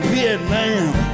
Vietnam